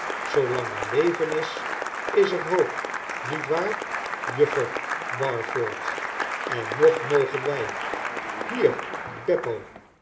zoolang er leven is is er hoop niet waar juffer barford en nog mogen wy hier beppo